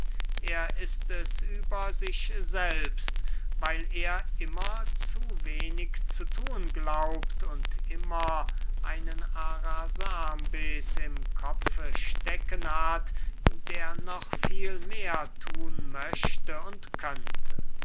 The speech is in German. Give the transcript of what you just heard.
er ist es über sich selbst weil er immer zu wenig zu thun glaubt und immer einen arasambes im kopfe stecken hat der noch viel mehr thun möchte und könnte